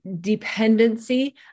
dependency